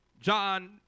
John